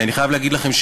אני חייב להגיד לכם,